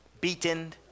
beaten